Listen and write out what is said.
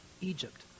Egypt